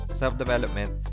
self-development